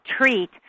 treat